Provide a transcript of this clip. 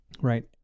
right